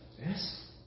yes